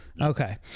okay